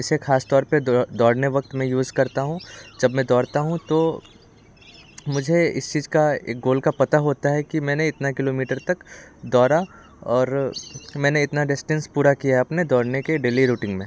इसे खास तौर पे दौड़ने वक्त में यूज़ करता हूँ जब मैं दौड़ता हूँ तो मुझे इस चीज का एक गोल का पता होता है कि मैंने इतना किलोमीटर तक दौरा और मैंने इतना डिस्टेंस पूरा किया अपने दौड़ने के डेली रूटिंग में